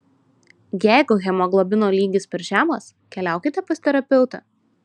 jeigu hemoglobino lygis per žemas keliaukite pas terapeutą